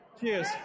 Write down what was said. Cheers